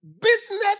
business